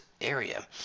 area